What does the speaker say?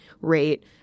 rate